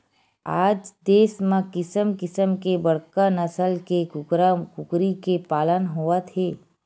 आज देस म किसम किसम के बड़का नसल के कूकरा कुकरी के पालन होवत हे